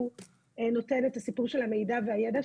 שהוא נותן את הסיפור של המידע והידע,